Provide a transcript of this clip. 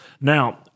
Now